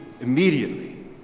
immediately